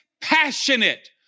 passionate